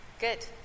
Good